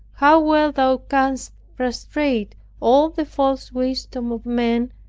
how well thou canst frustrate all the false wisdom of men,